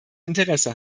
interesse